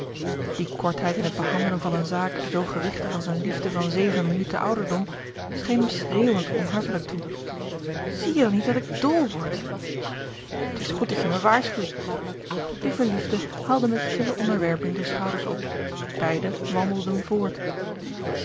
die kortheid in het behandelen van eene zaak zoo gewigtig als eene liefde van zeven minuten ouderdom scheen hem schreeuwend onhartelijk toe zie je dan niet dat ik dol word t is goed dat je mij waarschuwt de verliefde haalde met stille onderwerping de schouders op beide wandelden voort